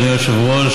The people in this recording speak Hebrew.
אדוני היושב-ראש,